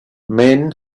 men